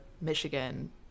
Michigan